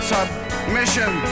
Submission